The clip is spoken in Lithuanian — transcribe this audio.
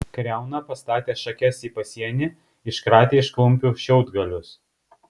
kriauna pastatė šakes į pasienį iškratė iš klumpių šiaudgalius